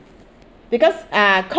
because uh